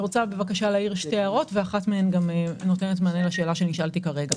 שתי הערות, ואחת נותנת מענה לשאלה שנשאלתי כרגע.